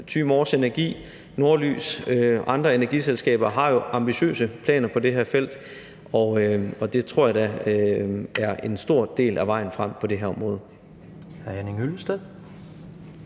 Thy-Mors Energi, Norlys og andre energiselskaber har ambitiøse planer på det her felt, og det tror jeg da er en stor del af vejen frem på det her område.